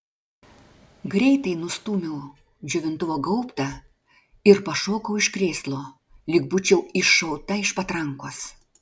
greitai nustūmiau džiovintuvo gaubtą ir pašokau iš krėslo lyg būčiau iššauta iš patrankos